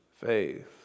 faith